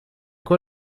quoi